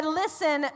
listen